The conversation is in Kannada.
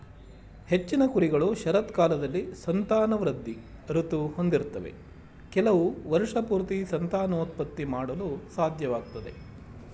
ಹೆಚ್ಚಿನ ಕುರಿಗಳು ಶರತ್ಕಾಲದಲ್ಲಿ ಸಂತಾನವೃದ್ಧಿ ಋತು ಹೊಂದಿರ್ತವೆ ಕೆಲವು ವರ್ಷಪೂರ್ತಿ ಸಂತಾನೋತ್ಪತ್ತಿ ಮಾಡಲು ಸಾಧ್ಯವಾಗ್ತದೆ